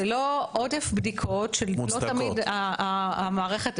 עודף בדיקות שלא תמיד --- מוצדקות.